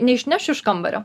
neišnešiu iš kambario